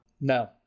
No